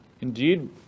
indeed